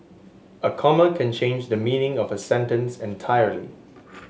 a comma can change the meaning of a sentence entirely